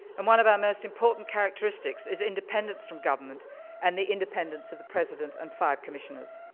and one of our most important characteristics is independence from government and the independence of the president and five commissioners.